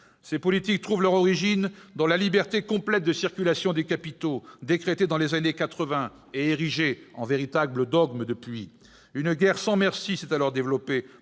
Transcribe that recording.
Ces politiques trouvent leur origine dans la liberté complète de circulation des capitaux, décrétée dans les années quatre-vingt, et érigée en véritable dogme depuis. Une guerre sans merci s'est alors développée